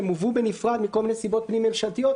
הן הובאו בנפרד מכל מיני סיבות פנים ממשלתיות,